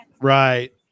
Right